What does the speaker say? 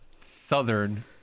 Southern